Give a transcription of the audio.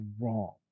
wrong